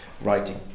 writing